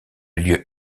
lieu